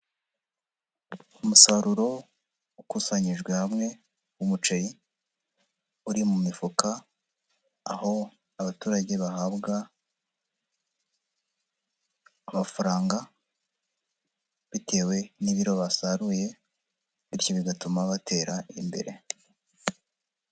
Umusaruro ukusanyijwe hamwe w'umuceri, uri mu mifuka aho abaturage bahabwa amafaranga bitewe n'ibiro basaruye bityo bigatuma batera imbere.